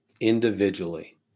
Individually